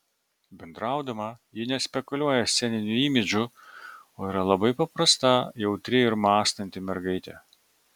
bendraudama ji nespekuliuoja sceniniu imidžu o yra labai paprasta jautri ir mąstanti mergaitė